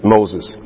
Moses